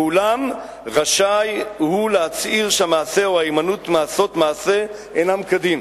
ואולם רשאי הוא להצהיר שהמעשה או ההימנעות מעשות מעשה אינם כדין".